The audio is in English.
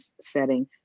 setting